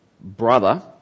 brother